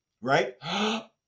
right